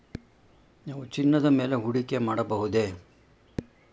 ನಾವು ಚಿನ್ನದ ಮೇಲೆ ಹೂಡಿಕೆ ಮಾಡಬಹುದೇ?